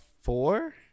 four